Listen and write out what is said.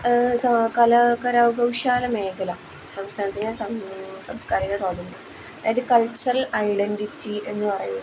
കലാകരകൗശല മേഖല സംസ്ഥാനത്തിനെ സംസ്കാരിക സ്വാതന്ത്ര്യം അതായത് കൾച്ചറൽ ഐഡന്റിറ്റി എന്ന് പറയുന്നത്